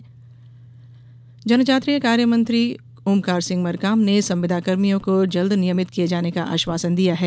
संविदाकर्मी जनजातीय कार्य मंत्री ओमकार सिंह मरकाम ने संविदा कर्मियों को जल्द नियमित किये जाने का आश्वासन दिया है